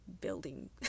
building